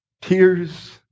tears